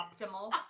optimal